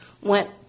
went